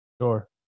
Sure